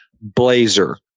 Blazer